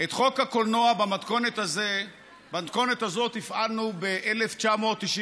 את חוק הקולנוע במתכונת הזאת הפעלנו ב-1999